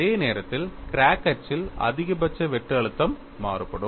அதே நேரத்தில் கிராக் அச்சில் அதிகபட்ச வெட்டு அழுத்தம் மாறுபடும்